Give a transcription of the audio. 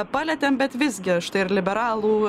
palietėm bet visgi štai ir liberalų